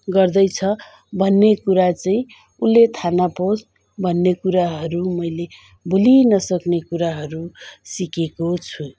गर्दैछ भन्ने कुरा चाहिँ उसले थाहा नपाओस् भन्ने कुराहरू मैले भुली नसक्ने कुराहरू सिकेको छु